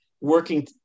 working